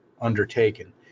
undertaken